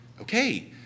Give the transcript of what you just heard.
okay